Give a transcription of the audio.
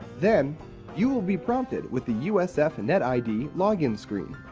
then you will be prompted with the usf and net id login screen.